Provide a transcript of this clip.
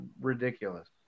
ridiculous